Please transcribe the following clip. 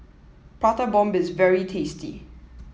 Prata Bomb is very tasty